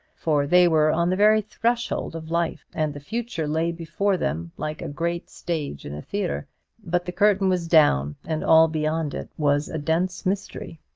for they were on the very threshold of life, and the future lay before them like a great stage in a theatre but the curtain was down, and all beyond it was a dense mystery.